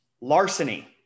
Larceny